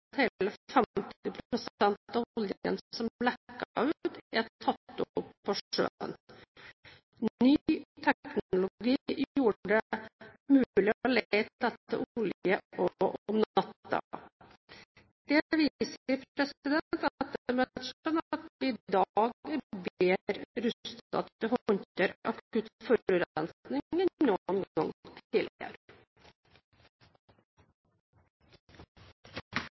50 pst. av oljen som lekket ut, er tatt opp på sjøen. Ny teknologi gjorde det mulig å lete etter olje også om natten. Dette viser at vi i dag er bedre rustet til å håndtere akutt forurensning enn noen gang tidligere. Det blir replikkordskifte. Slepebåtberedskapen langs norskekysten er